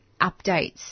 updates